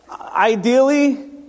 Ideally